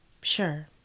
Sure